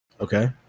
Okay